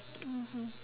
mmhmm